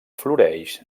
floreix